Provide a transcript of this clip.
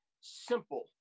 simple